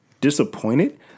disappointed